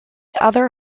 other